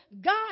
God